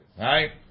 right